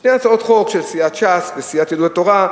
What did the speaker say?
שתי הצעות חוק של סיעת ש"ס וסיעת יהדות התורה,